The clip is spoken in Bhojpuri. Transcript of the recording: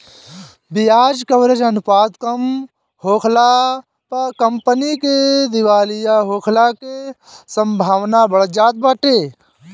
बियाज कवरेज अनुपात कम होखला पअ कंपनी के दिवालिया होखला के संभावना बढ़ जात बाटे